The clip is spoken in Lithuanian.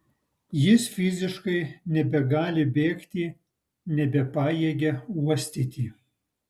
jis fiziškai nebegali bėgti nebepajėgia uostyti